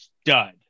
stud